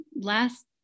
last